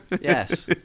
Yes